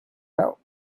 out